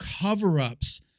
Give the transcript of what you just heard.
cover-ups